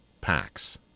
packs